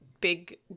big